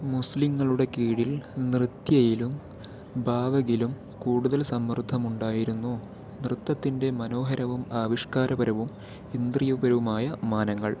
മുസ്ലിംങ്ങളുടെ കീഴിൽ നൃത്യയിലും ഭാവഗിലും കൂടുതൽ സമ്മർദ്ദമുണ്ടായിരുന്നു നൃത്തത്തിൻ്റെ മനോഹരവും ആവിഷ്കാരപരവും ഇന്ദ്രിയ പരവുമായ മാനങ്ങൾ